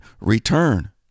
return